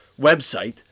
website